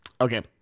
Okay